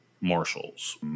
marshals